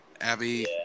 Abby